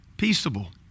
peaceable